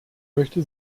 möchte